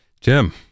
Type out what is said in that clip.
Jim